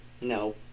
No